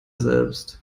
selbst